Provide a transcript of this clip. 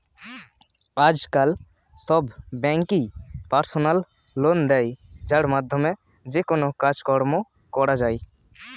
আজকাল সব ব্যাঙ্কই পার্সোনাল লোন দেয় যার মাধ্যমে যেকোনো কাজকর্ম করা যায়